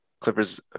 Clippers